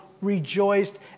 rejoiced